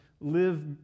live